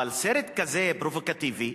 אבל סרט כזה פרובוקטיבי,